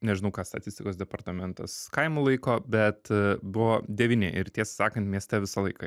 nežinau ką statistikos departamentas kaimu laiko bet buvo devyni ir tiesą sakant mieste visą laiką